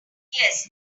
yes